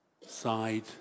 side